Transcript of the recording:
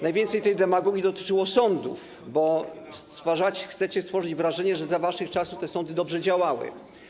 Najwięcej tej demagogii dotyczyło sądów, bo chcecie stworzyć wrażenie, że za waszych czasów te sądy dobrze działały.